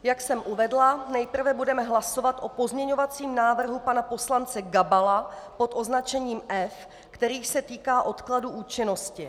Jak jsem uvedla, nejprve budeme hlasovat o pozměňovacím návrhu pana poslance Gabala pod označením F, který se týká odkladu účinnosti.